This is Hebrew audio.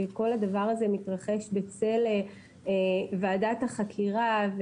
שכל הדבר הזה מתרחש בצל ועדת החקירה,